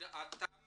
בהודעתם